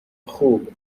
خوب